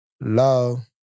love